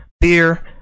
beer